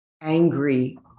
angry